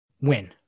win